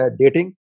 dating